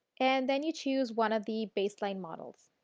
and then you choose one of the base line models.